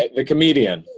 a comedian